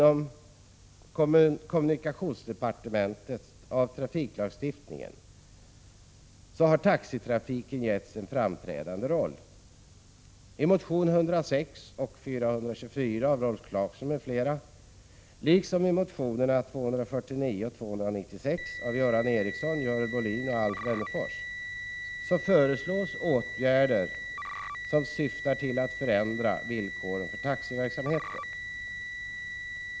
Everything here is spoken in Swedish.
Herr talman! Härmed yrkar jag bifall också till reservation 6.